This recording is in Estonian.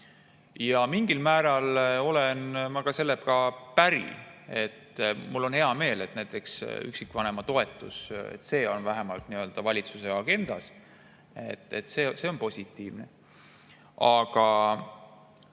Mingil määral olen ma sellega päri. Mul on hea meel, et näiteks üksikvanema toetus on vähemalt valitsuse agendas. See on positiivne. Aga